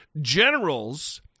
generals –